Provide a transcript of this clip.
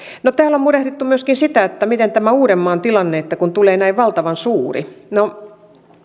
täällä on murehdittu myöskin tätä uudenmaan tilannetta sitä kun siitä tulee näin valtavan suuri